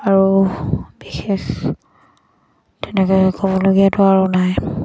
আৰু বিশেষ তেনেকৈ ক'বলগীয়াটো আৰু নাই